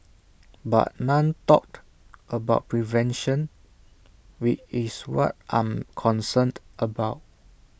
but none talked about prevention which is what I'm concerned about